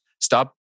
Stop